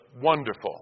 wonderful